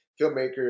filmmaker